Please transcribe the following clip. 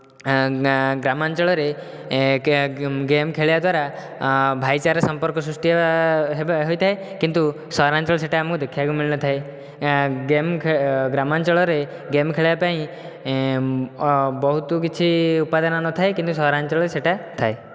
ଗ୍ରାମାଞ୍ଚଳରେ ଗେମ୍ ଖେଳିବା ଦ୍ୱାରା ଭାଇଚାରା ସମ୍ପର୍କ ସୃଷ୍ଟି ହେବା ହୋଇଥାଏ କିନ୍ତୁ ସହରାଞ୍ଚଳରେ ସେଇଟା ଆମକୁ ଦେଖିବାକୁ ମିଳି ନଥାଏ ଗେମ୍ ଗ୍ରାମାଞ୍ଚଳରେ ଗେମ୍ ଖେଳିବା ପାଇଁ ବହୁତ କିଛି ଉପାଦାନ ନଥାଏ କିନ୍ତୁ ସହରାଞ୍ଚଳରେ ସେଇଟା ଥାଏ